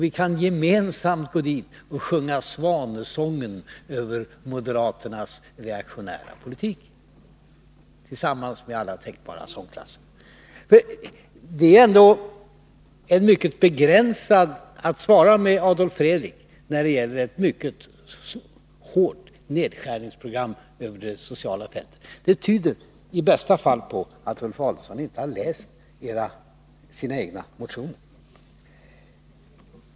Då kan vi gemensamt gå dit och sjunga svanesången över moderaternas reaktionära politik tillsammans med alla tänkbara sångklasser. För det är ändå synnerligen begränsat att svara med Adolf Fredrik när det gäller ett mycket hårt nedskärningsprogram över det sociala fältet. Det tyder i bästa fall på att Ulf Adelsohn inte läst sina egna motioner.